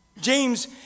James